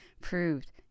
proved